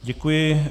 Děkuji.